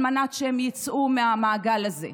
על מנת שהן יצאו מהמעגל הזה.